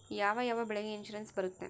ಯಾವ ಯಾವ ಬೆಳೆಗೆ ಇನ್ಸುರೆನ್ಸ್ ಬರುತ್ತೆ?